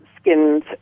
skins